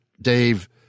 Dave